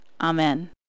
Amen